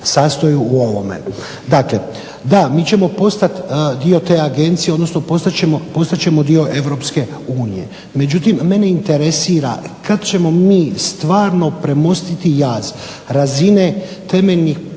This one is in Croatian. da, mi ćemo postati dio te Agencije, odnosno postat ćemo dio EU. Međutim, mene interesira kad ćemo mi stvarno premostiti jaz razine temeljnih ljudskih